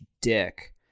dick